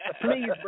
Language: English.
Please